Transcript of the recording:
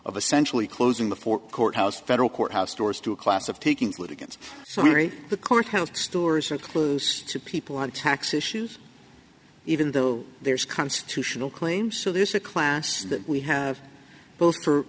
of essential closing before courthouse federal courthouse doors to a class of taking would again sorry the courthouse stores are closed to people on tax issues even though there's constitutional claims so there's a class that we have both